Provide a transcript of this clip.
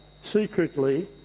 secretly